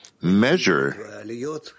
measure